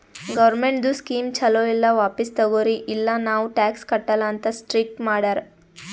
ಗೌರ್ಮೆಂಟ್ದು ಸ್ಕೀಮ್ ಛಲೋ ಇಲ್ಲ ವಾಪಿಸ್ ತಗೊರಿ ಇಲ್ಲ ನಾವ್ ಟ್ಯಾಕ್ಸ್ ಕಟ್ಟಲ ಅಂತ್ ಸ್ಟ್ರೀಕ್ ಮಾಡ್ಯಾರ್